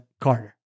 Carter